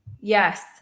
yes